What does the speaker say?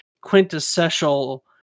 quintessential